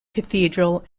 cathedral